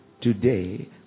today